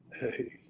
hey